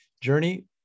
journey